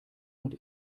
und